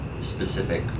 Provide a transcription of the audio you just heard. specific